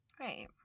right